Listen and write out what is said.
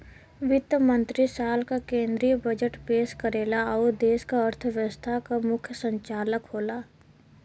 वित्त मंत्री साल क केंद्रीय बजट पेश करेला आउर देश क अर्थव्यवस्था क मुख्य संचालक होला